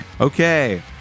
Okay